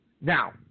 Now